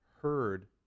heard